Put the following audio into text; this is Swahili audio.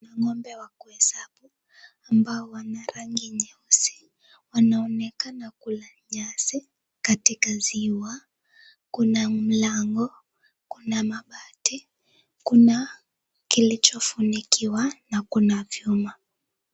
Kuna ng'ombe wa kuhesabu ambao wana rangi nyeusi. Wanaonekana kuwa nyasi katika ziwa. Kuna mlango, kuna mabati, kuna kilichofunikiwa na kuna vyuma.